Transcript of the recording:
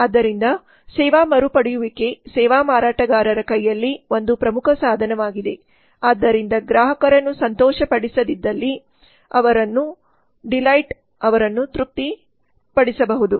ಆದ್ದರಿಂದ ಸೇವಾ ಮರುಪಡೆಯುವಿಕೆ ಸೇವಾ ಮಾರಾಟಗಾರರ ಕೈಯಲ್ಲಿ ಒಂದು ಪ್ರಮುಖ ಸಾಧನವಾಗಿದೆ ಆದ್ದರಿಂದ ಗ್ರಾಹಕರನ್ನು ಸಂತೋಷಪಡಿಸದಿದ್ದಲ್ಲಿಡಿಲೈಟ್delight ಅವರು ತೃಪ್ತಿಪಡಿಸಬಹುದು